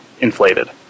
inflated